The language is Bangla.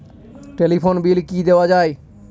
টেলিফোন বিল কি দেওয়া যায়?